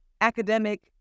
academic